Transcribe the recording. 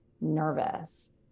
nervous